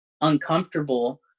uncomfortable